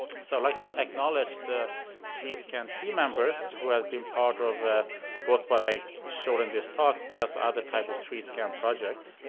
so i'd like to acknowledge the tree scan team members who has been part of ah both what i showed in this talk but also other types of tree scan projects.